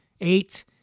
Eight